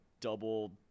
double